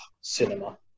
cinema